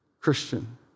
Christian